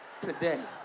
today